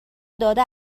داده